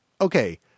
Okay